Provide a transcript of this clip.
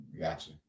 Gotcha